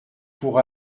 pour